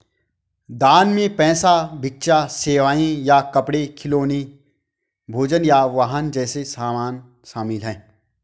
दान में पैसा भिक्षा सेवाएं या कपड़े खिलौने भोजन या वाहन जैसे सामान शामिल हैं